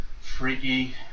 freaky